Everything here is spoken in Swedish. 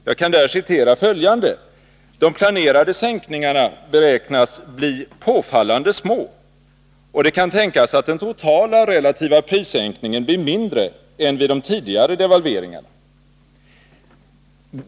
Jag kan citera följande: ”De planerade sänkningarna beräknas ——— bli påfallande små och det kan tänkas att den totala relativa prissänkningen blir mindre än vid de tidigare devalveringarna.